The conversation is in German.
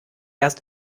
erst